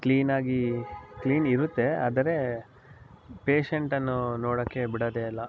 ಕ್ಲೀನಾಗಿ ಕ್ಲೀನಿರುತ್ತೆ ಆದರೆ ಪೇಷೆಂಟನ್ನು ನೋಡೋ ಬಿಡೋದೆ ಇಲ್ಲ